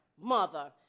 Mother